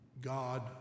God